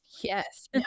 Yes